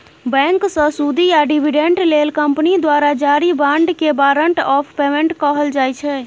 बैंकसँ सुदि या डिबीडेंड लेल कंपनी द्वारा जारी बाँडकेँ बारंट आफ पेमेंट कहल जाइ छै